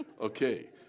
Okay